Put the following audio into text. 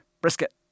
brisket